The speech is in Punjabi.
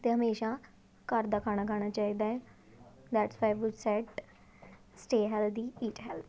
ਅਤੇ ਹਮੇਸ਼ਾਂ ਘਰ ਦਾ ਖਾਣਾ ਖਾਣਾ ਚਾਹੀਦਾ ਹੈ that's why I would said stay healthy eat healthy